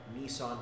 Nissan